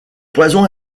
poison